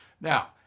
Now